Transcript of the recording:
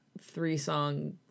three-song